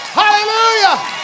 hallelujah